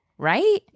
Right